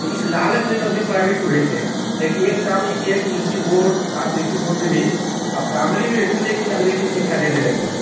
तो इस लालच में लोग भी प्राइवेट इस्कूल भेजते हैं लेकिन एक काम ये किए हैं कि यू पी बोर्ड खास तो यू पी बोर्ड में भी अब प्राइमरी में भी मतलब कि अंग्रेजी में शिक्षा देने लगी है